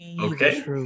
Okay